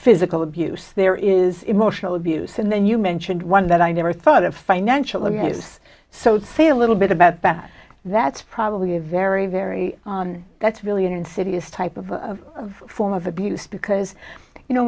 physical abuse there is emotional abuse and then you mentioned one that i never thought of financial abuse so say a little bit about that that's probably a very very that's really an insidious type of form of abuse because you know